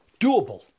Doable